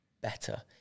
better